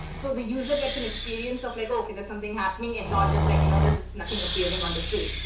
so the user gets an experience of like, there's something happening and not just like and this is nothing appearing on the screen,